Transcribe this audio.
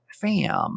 fam